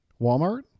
Walmart